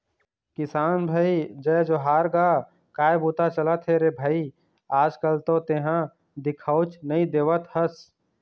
किसान भाई जय जोहार गा काय बूता चलत हे रे भई आज कल तो तेंहा दिखउच नई देवत हस?